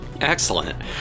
Excellent